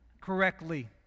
correctly